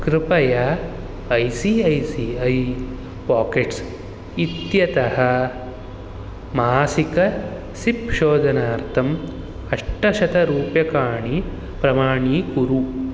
कृपया I C I C I pockets इत्यतः मासिक सिप् शोधनार्थम् अष्टशतरूप्यकाणि प्रमाणीकुरु